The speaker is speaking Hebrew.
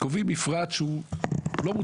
קובעים מפרט לא מוצלח.